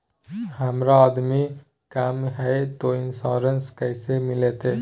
हमर आमदनी कम हय, तो इंसोरेंसबा कैसे मिलते?